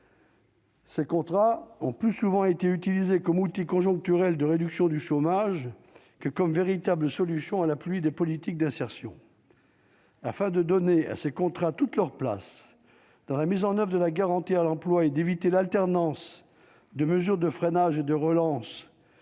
Ces contrats ont plus souvent été utilisé comme outil conjoncturel de réduction du chômage que comme véritable solution à la pluie, des politiques d'insertion afin de donner à ces contrats toute leur place dans la mise en oeuvre et de la garantir l'emploi et d'éviter l'alternance de mesures de freinage de relances